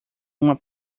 uma